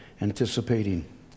anticipating